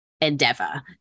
endeavor